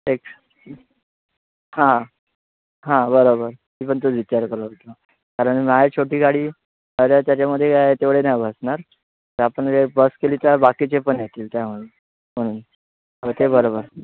तेच हां हां बरोबर मी पण तोच विचार करत होतो कारण माझ्या छोटी गाडी आता त्याच्यामध्ये काय तेवढे नाही बसणार तर आपण ये बस केली तर बाकीचे पण येतील त्यामधून म्हणून हो ते बरोबर